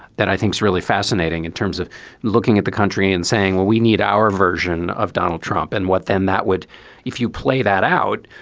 that i think is really fascinating in terms of looking at the country and saying, well, we need our version of donald trump. and what then that would if you play that out,